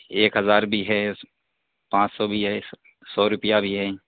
ایک ہزار بھی ہے پانچ سو بھی ہے سو روپیہ بھی ہے